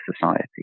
society